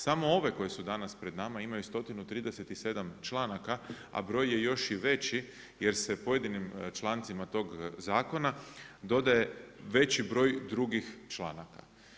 Samo ove koje su danas pred nama imaju 137 članaka, a broj je još i veći jer se pojedinim člancima tog zakona dodaje veći broj drugim članaka.